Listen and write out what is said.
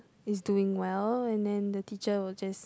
is doing well and then the teacher will just